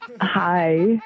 Hi